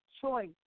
choice